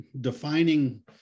defining